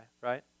right